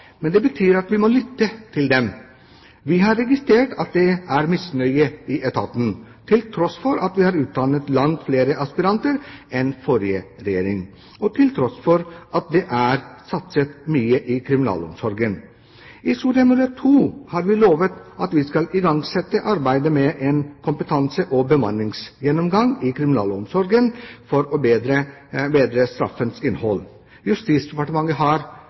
Men det betyr at vi må lytte til dem. Vi har registrert at det er misnøye i etaten, til tross for at vi har utdannet langt flere aspiranter enn den forrige regjering gjorde, og til tross for at det er satset mye i kriminalomsorgen. I Soria Moria II lovet vi at vi skulle igangsette arbeidet med en kompetanse- og bemanningsgjennomgang i kriminalomsorgen for å bedre straffens innhold. Justisdepartementet har